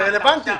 זה רלוונטי,